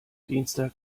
dienstag